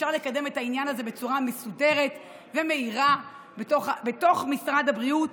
אפשר לקדם את העניין הזה בצורה מסודרת ומהירה בתוך משרד הבריאות.